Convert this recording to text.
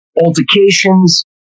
altercations